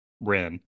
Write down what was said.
Ren